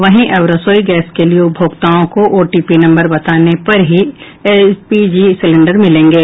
वहीं अब रसोई गैस के लिये उपभोक्ताओं को ओटीपी नम्बर बताने पर ही एलपीजी सिलेंडर मिलेंगे